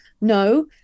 No